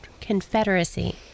Confederacy